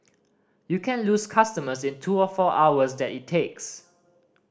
you can lose customers in the two or four hours that it takes